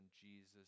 Jesus